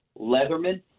Leatherman